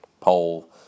poll